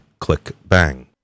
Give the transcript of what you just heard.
ClickBang